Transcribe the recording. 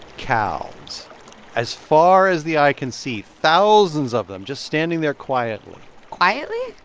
cows as far as the eye can see, thousands of them just standing there quietly quietly?